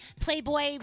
Playboy